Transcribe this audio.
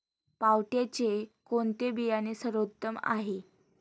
पावट्याचे कोणते बियाणे सर्वोत्तम आहे?